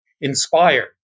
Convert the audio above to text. inspired